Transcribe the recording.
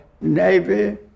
Navy